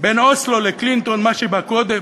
בין אוסלו לקלינטון, מה שבא קודם,